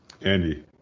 Andy